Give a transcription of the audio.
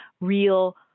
real